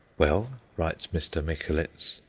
well, writes mr. micholitz,